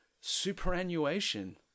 superannuation